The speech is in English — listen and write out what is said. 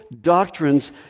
doctrines